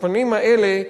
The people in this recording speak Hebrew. הפנים האלה,